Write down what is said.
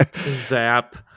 Zap